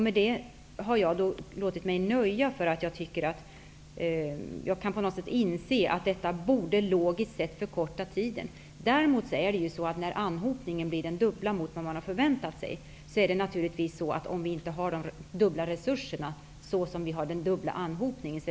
Med detta har jag låtit mig nöja, eftersom jag på något sätt kan inse att detta logiskt sett borde förkorta tiden. När däremot anhopningen blir den dubbla mot vad man har förväntat sig, är det naturligtvis oerhört svårt att se något resultat, om vi inte har de dubbla resurserna.